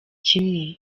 kimwe